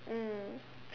mm